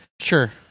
Sure